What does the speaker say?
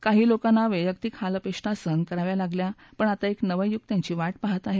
काही लोकांना वैयक्तिक हाल अपेष्टा सहन कराव्या लागल्या पण आता एक नवं युग त्यांची वाट पाहत आहे